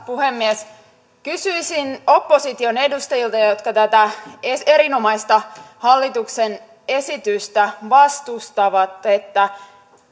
puhemies kysyisin opposition edustajilta jotka tätä erinomaista hallituksen esitystä vastustavat että